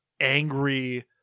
angry